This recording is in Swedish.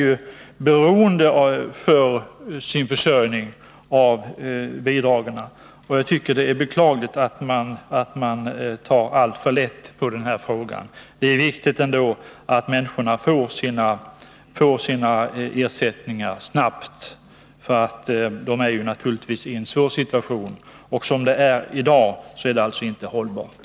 Många människor är för sin försörjning beroende av dessa bidrag. Jag tycker det är beklagligt att man tar alltför lätt på den här frågan. Det är viktigt att människorna får sina ersättningar snabbt — de är naturligtvis i en svår situation. Läget i dag är inte hållbart.